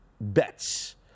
bets